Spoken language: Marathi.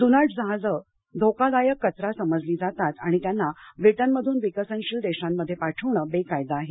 जुनाट जहाजं धोकदायक कचरा समजली जातात आणि त्यांना ब्रिटनमधून विकसनशील देशांमध्ये पाठवणं बेकायदा आहे